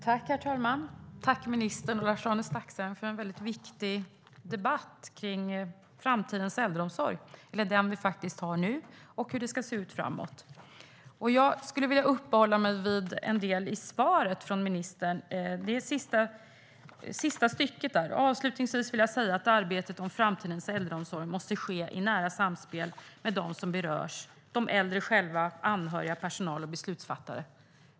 Herr talman! Jag tackar ministern och Lars-Arne Staxäng för en väldigt viktig debatt om framtidens äldreomsorg, eller om den vi faktiskt har nu och hur den ska se ut framåt. Jag skulle vilja uppehålla mig vid en del i svaret från ministern. Det gäller den sista biten, där ministern sa: "Avslutningsvis vill jag säga att arbetet om framtidens äldreomsorg måste ske i nära samspel med dem som berörs - de äldre själva, anhöriga, personal och beslutsfattare."